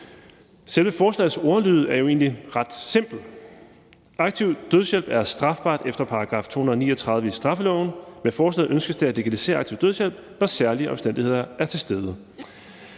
Selve forslagets ordlyd er jo egentlig ret simpel: »Aktiv dødshjælp er strafbart efter § 239 i straffeloven. Med forslaget ønskes det at legalisere aktiv dødshjælp, når særlige omstændigheder er til stede.«